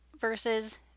versus